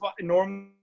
normally